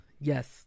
yes